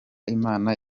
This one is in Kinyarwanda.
imana